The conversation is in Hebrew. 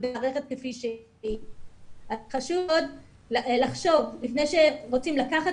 במערכת כפי שהיא --- אז חשוב מאוד לחשוב לפני שרוצים לקחת